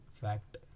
fact